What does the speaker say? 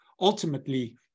ultimately